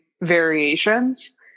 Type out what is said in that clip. variations